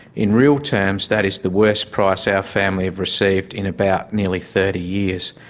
in real terms that is the worst price our family have received in about nearly thirty years.